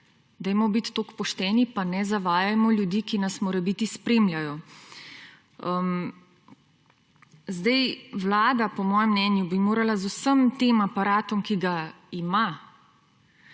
Dajmo biti toliko pošteni, pa ne zavajajmo ljudi, ki nas morebiti spremljajo. Vlada, po mojem mnenju, bi morala z vsem tem aparatom, ki ga ima,